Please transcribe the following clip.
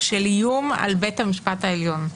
של איום על בית המשפט העליון.